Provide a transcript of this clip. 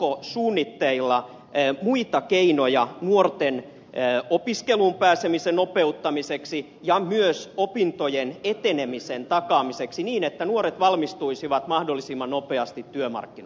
onko suunnitteilla muita keinoja nuorten opiskeluun pääsemisen nopeuttamiseksi ja myös opintojen etenemisen takaamiseksi niin että nuoret valmistuisivat mahdollisimman nopeasti työmarkkinoille